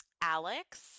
alex